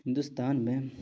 ہندوستان میں